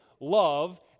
love